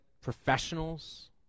professionals